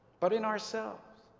but in ourselves.